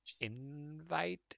invite